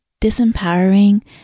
disempowering